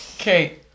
okay